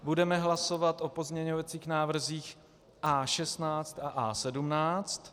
Budeme hlasovat o pozměňovacích návrzích A16 a A17.